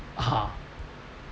ah